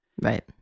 Right